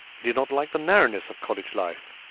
he did not like the narrowness of college life.